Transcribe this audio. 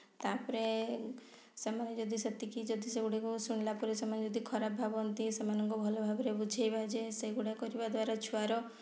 ତା'ପରେ ସେମାନେ ଯଦି ସେତିକି ଯଦି ସେ ଗୁଡ଼ିକୁ ଶୁଣିଲା ପରେ ସେମାନେ ଯଦି ଖରାପ ଭାବନ୍ତି ସେମାନଙ୍କୁ ଭଲ ଭାବରେ ବୁଝାଇବା ଯେ ସେଗୁଡ଼ାକ କରିବା ଦ୍ୱାରା ଛୁଆର